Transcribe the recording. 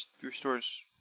restores